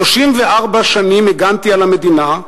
34 שנים הגנתי על המדינה,